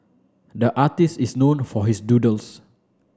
the artist is known for his doodles